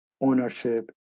ownership